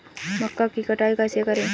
मक्का की कटाई कैसे करें?